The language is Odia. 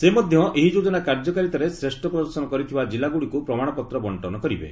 ସେ ମଧ୍ୟ ଏହି ଯୋଜନା କାର୍ଯ୍ୟକାରିତାରେ ଶ୍ରେଷ୍ଠ ପ୍ରଦର୍ଶନ କରିଥିବା କିଲ୍ଲାଗୁଡ଼ିକୁ ପ୍ରମାଣପତ୍ର ବଙ୍କନ କରିବେ